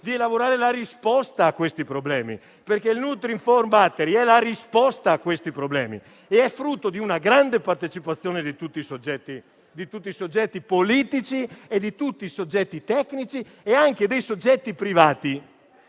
di elaborare la risposta a questi problemi. Il nutrinform battery è infatti la risposta a questi problemi ed è frutto della grande partecipazione di tutti i soggetti politici, di tutti i soggetti tecnici e anche di soggetti privati